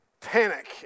Panic